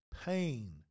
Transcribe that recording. Pain